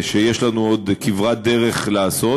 שיש לנו עוד כברת דרך לעשות.